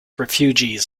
refugees